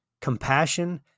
compassion